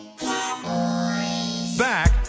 Back